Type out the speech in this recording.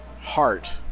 heart